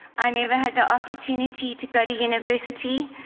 i never had the opportunity to go to university,